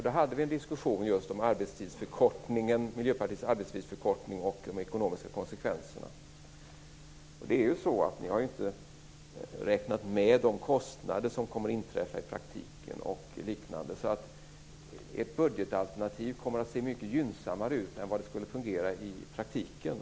Då diskuterade vi just Miljöpartiets arbetstidsförkortning och de ekonomiska konsekvenserna. Miljöpartiet har inte räknat med de kostnader som kommer att uppstå i praktiken. Ert budgetalternativ ser därför mycket ljusare ut än det skulle vara i praktiken.